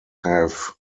have